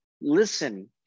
listen